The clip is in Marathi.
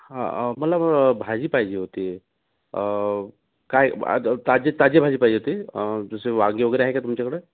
हां मला भाजी पाहिजे होती काय आज ताजे ताजे भाजी पाहिजे होती जसं वांगे वगैरे आहे का तुमच्याकडं